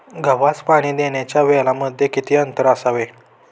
गव्हास पाणी देण्याच्या वेळांमध्ये किती अंतर असावे?